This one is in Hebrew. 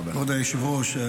כבוד היושב-ראש,